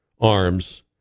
arms